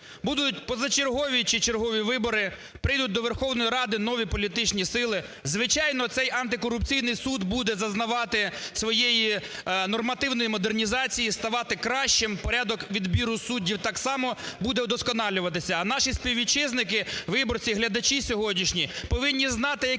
Будуть позачергові чи чергові вибори, прийдуть до Верховної Ради нові політичні сили, звичайно, цей антикорупційний суд буде зазнавати своєї нормативної модернізації і ставати кращим в порядок відбору суддів так само буде удосконалюватися. А наші співвітчизники, виборці і глядачі сьогоднішні повинні знати,